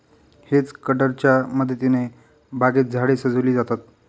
hedge कटरच्या मदतीने बागेत झाडे सजविली जातात